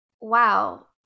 wow